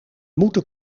moeten